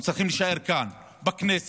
אנחנו צריכים להישאר כאן בכנסת,